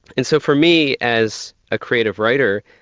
and so for me as a creative writer,